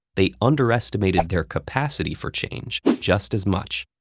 they underestimated their capacity for change just as much.